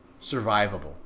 survivable